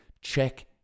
check